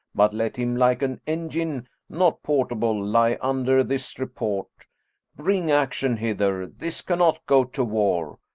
but let him, like an engine not portable, lie under this report bring action hither this cannot go to war.